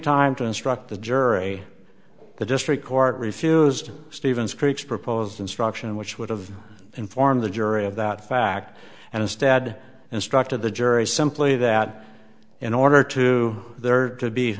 time to instruct the jury the district court refused stevens creaks proposed instruction which would have informed the jury of that fact and instead instructed the jury simply that in order to there to be